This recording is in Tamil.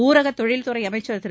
ஊரக தொழில்துறை அமைச்சர் திரு